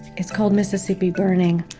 it's called mississippi burning.